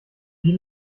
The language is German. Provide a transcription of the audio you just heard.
wie